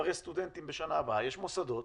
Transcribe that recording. במספרי הסטודנטים בשנה הבאה, יש מוסדות